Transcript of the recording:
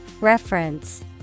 Reference